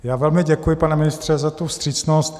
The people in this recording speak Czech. Já velmi děkuji, pane ministře, za tu vstřícnost.